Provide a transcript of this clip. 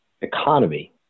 economy